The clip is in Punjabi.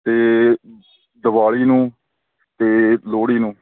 ਅਤੇ ਦਿਵਾਲੀ ਨੂੰ ਅਤੇ ਲੋਹੜੀ ਨੂੰ